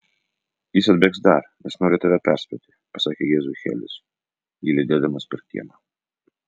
jis atbėgs dar nes nori tave perspėti pasakė jėzui helis jį lydėdamas per kiemą